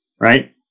right